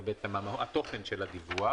זה תוכן הדיווח